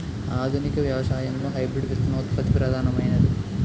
ఆధునిక వ్యవసాయంలో హైబ్రిడ్ విత్తనోత్పత్తి ప్రధానమైనది